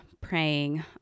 praying